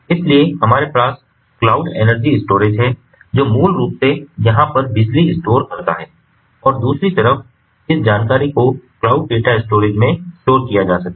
इसलिए हमारे पास क्लाउड एनर्जी स्टोरेज है जो मूल रूप से यहां पर बिजली स्टोर करता है और दूसरी तरफ इस जानकारी को क्लाउड डेटा स्टोरेज में स्टोर किया जा सकता है